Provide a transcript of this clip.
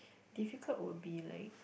difficult would be like